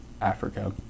Africa